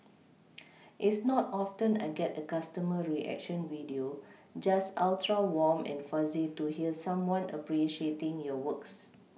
it's not often I get a customer reaction video just ultra warm and fuzzy to hear someone appreciating your works